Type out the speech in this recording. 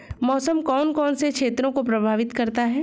मौसम कौन कौन से क्षेत्रों को प्रभावित करता है?